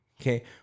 Okay